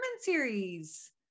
series